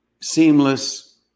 Seamless